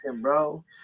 bro